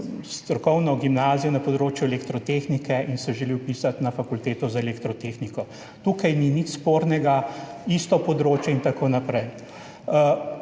strokovno gimnazijo na področju elektrotehnike in se želi vpisati na Fakulteto za elektrotehniko. Tukaj ni nič spornega, isto področje in tako naprej.